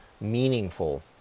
meaningful